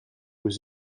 was